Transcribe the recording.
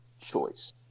choice